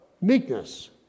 meekness